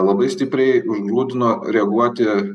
labai stipriai užgrūdino reaguoti